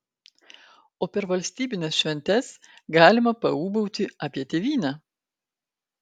o per valstybines šventes galima paūbauti apie tėvynę